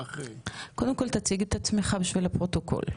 קודם כל תציג את עצמך בשביל הפרוטוקול,